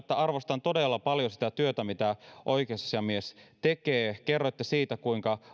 sanoa että arvostan todella paljon sitä työtä mitä oikeusasiamies tekee kerroitte siitä kuinka